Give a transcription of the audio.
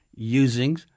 using